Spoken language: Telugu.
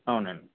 అవునండి